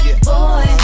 boy